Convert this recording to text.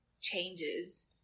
changes